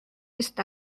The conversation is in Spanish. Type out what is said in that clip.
esta